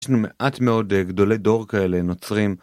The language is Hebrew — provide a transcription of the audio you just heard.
ישנו מעט מאוד גדולי דור כאלה נוצרים